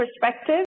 perspective